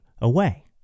away